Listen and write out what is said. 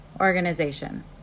organization